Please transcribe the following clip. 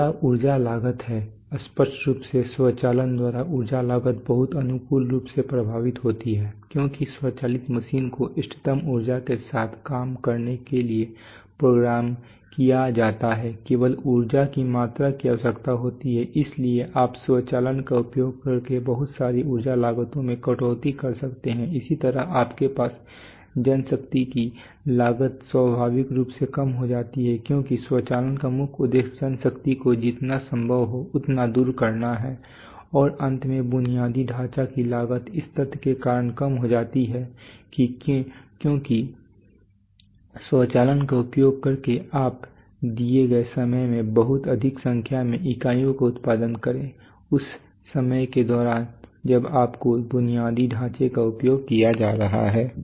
अगला ऊर्जा लागत है स्पष्ट रूप से स्वचालन द्वारा ऊर्जा लागत बहुत अनुकूल रूप से प्रभावित होती है क्योंकि स्वचालित मशीनों को इष्टतम ऊर्जा के साथ काम करने के लिए प्रोग्राम किया जाता है केवल ऊर्जा की मात्रा की आवश्यकता होती है इसलिए आप स्वचालन का उपयोग करके बहुत सारी ऊर्जा लागतों में कटौती कर सकते हैं इसी तरह आपके पास जनशक्ति की लागत स्वाभाविक रूप से कम हो जाती है क्योंकि स्वचालन का मुख्य उद्देश्य जनशक्ति को जितना संभव हो उतना दूर करना है और अंत में बुनियादी ढांचे की लागत इस तथ्य के कारण कम हो जाती है क्योंकि स्वचालन का उपयोग करके आप दिए गए समय में बहुत अधिक संख्या में इकाइयों का उत्पादन करें उस समय के दौरान जब आपके बुनियादी ढांचे का उपयोग किया जा रहा हो